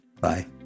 Bye